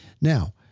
Now